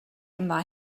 yma